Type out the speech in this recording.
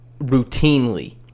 routinely